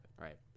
right